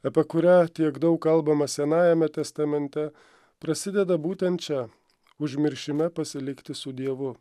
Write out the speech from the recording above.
apie kurią tiek daug kalbama senajame testamente prasideda būtent čia užmiršime pasilikti su dievu